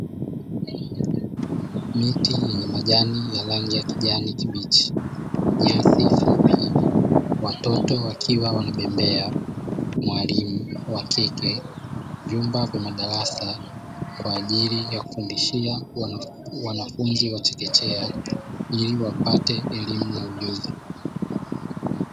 Miti yenye majani ya rangi ya kijani kibichi, nyasi fupi, watoto wakiwa wanabembea, mwalimu wa kike, vyumba vya madarasa kwa ajili ya kufundishia wanafunzi wa chekechea ili wapate elimu na ujuzi.